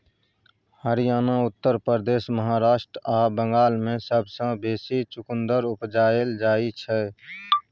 हरियाणा, उत्तर प्रदेश, महाराष्ट्र आ बंगाल मे सबसँ बेसी चुकंदर उपजाएल जाइ छै